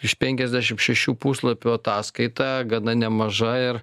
iš penkiasdešim šešių puslapių ataskaita gana nemaža ir